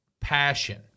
passion